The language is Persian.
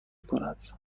کند